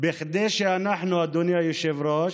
כדי שאנחנו, אדוני היושב-ראש,